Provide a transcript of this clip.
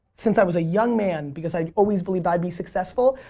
since i was a young man because i always believed i'd be successful.